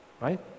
right